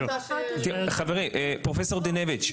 חברי, פרופסור דינביץ'.